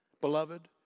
Beloved